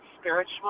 spiritual